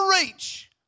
reach